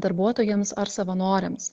darbuotojams ar savanoriams